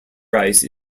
rice